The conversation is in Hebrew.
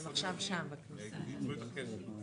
מי נמנע?